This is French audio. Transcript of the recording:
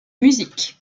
musique